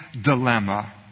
dilemma